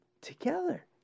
together